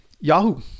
Yahoo